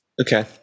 Okay